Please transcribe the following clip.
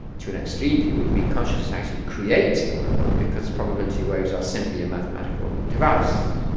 to an extreme view, it would be consciousness actually creates the world because probability waves are simply a mathematical device